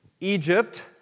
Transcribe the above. Egypt